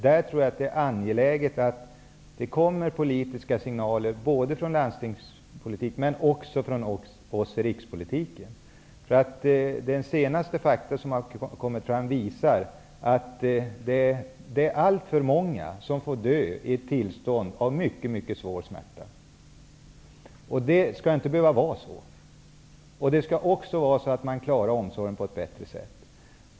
Jag tror att det är angeläget att det kommer politiska signaler från landstingspolitiker men också från oss rikspolitiker. Senaste fakta visar att alltför många dör i ett tillstånd av mycket svår smärta. Det skall inte behöva vara så. Man skall klara av omsorgen på ett bättre sätt.